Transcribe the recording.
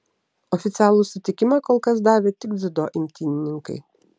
oficialų sutikimą kol kas davė tik dziudo imtynininkai